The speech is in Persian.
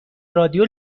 رادیو